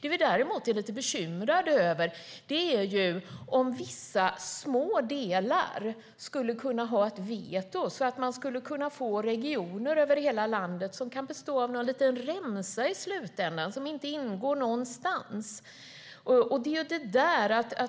Det vi är lite bekymrade över är om vissa små delar skulle ha veto och det kan bli regioner över hela landet som består av en liten remsa som inte ingår någonstans.